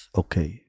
okay